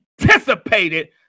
anticipated